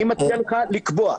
אני מציע לך לקבוע,